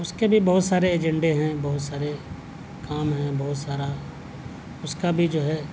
اس کے بھی بہت سارے ایجنڈے ہیں بہت سارے کام ہیں بہت سارا اس کا بھی جو ہے